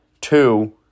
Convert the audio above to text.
Two